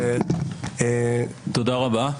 תודה רבה.